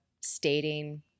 stating